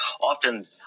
often